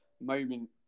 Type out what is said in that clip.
moment